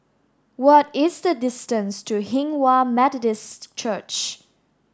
what is the distance to Hinghwa Methodist Church